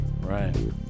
Right